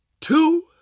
two